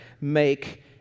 make